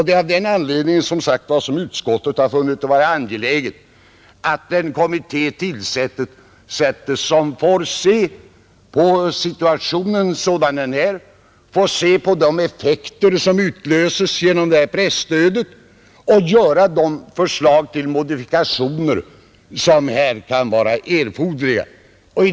Det är av den anledningen som utskottet har funnit det angeläget att en kommitté tillsättes, som får se på situationen sådan den är, studera de effekter som utlöses genom presstödet och framlägga de förslag till modifikationer som kan vara erforderliga.